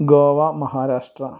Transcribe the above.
Goa Maharashtra